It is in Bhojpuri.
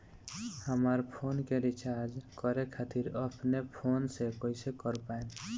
हमार फोन के रीचार्ज करे खातिर अपने फोन से कैसे कर पाएम?